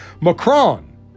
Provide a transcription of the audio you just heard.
Macron